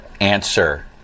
answer